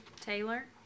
Taylor